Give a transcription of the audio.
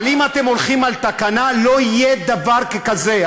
אבל אם אתם הולכים על תקנה, לא יהיה דבר כזה.